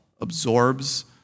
absorbs